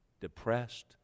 depressed